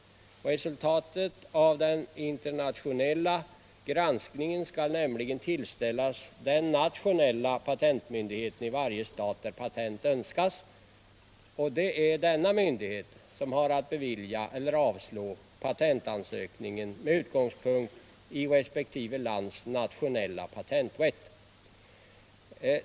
Resultatet av den internationella granskningen skall nämligen tillställas den nationella patentmyndigheten i varje stat där patent önskas, och det är denna myndighet som har att bevilja eller avslå patentansökningen med utgångspunkt i resp. lands nationella patenträtt.